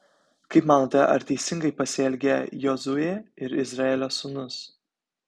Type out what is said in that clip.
kaip manote ar teisingai pasielgė jozuė ir izraelio sūnus